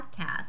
podcast